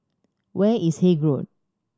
where is Haig Road